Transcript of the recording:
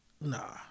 nah